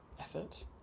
effort